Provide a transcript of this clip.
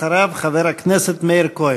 אחריו, חבר הכנסת מאיר כהן.